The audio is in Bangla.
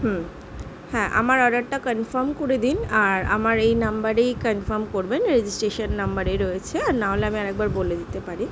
হুম হ্যাঁ আমার অর্ডারটা কনফার্ম করে দিন আর আমার এই নাম্বারেই কনফার্ম করবেন রেজিসট্রেশান নাম্বারে রয়েছে আর না হলে আমি আর একবার বলে দিতে পারি